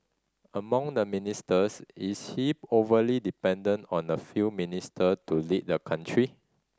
among the ministers is he overly dependent on a few minister to lead the country